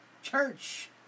Church